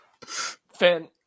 Fan